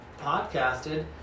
podcasted